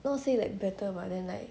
not say like better but then like